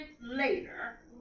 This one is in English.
later